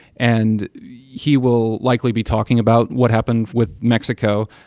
and he will likely be talking about what happened with mexico.